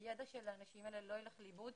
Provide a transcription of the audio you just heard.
שהידע של האנשים האלה לא יילך לאיבוד